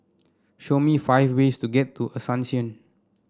show me five ways to get to Asuncion